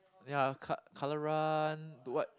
ya car colour run to what